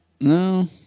No